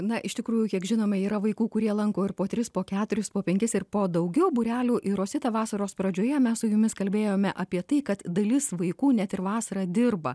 na iš tikrųjų kiek žinome yra vaikų kurie lanko ir po tris po keturis po penkis ir po daugiau būrelių ir rosita vasaros pradžioje mes su jumis kalbėjome apie tai kad dalis vaikų net ir vasarą dirba